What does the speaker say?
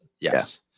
yes